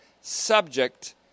subject